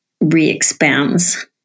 re-expands